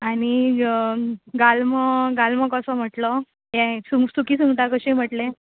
आनी गाल्मो गाल्मो कसो म्हणलो यें सुंग सुकी सुंगटां कशीं म्हणलें